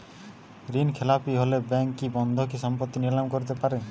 ঋণখেলাপি হলে ব্যাঙ্ক কি বন্ধকি সম্পত্তি নিলাম করতে পারে?